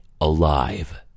alive